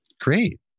Great